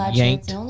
yanked